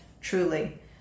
truly